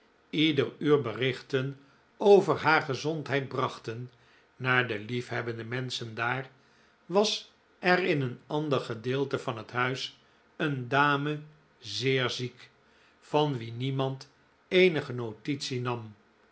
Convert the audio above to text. ieder uur berichten over haar gezondheid brachten naar de liefhebbende menschen daar was er in een ander gedeelte van het huis een dame zeer ziek van wie niemand eenige notitie nam